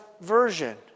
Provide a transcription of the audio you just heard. version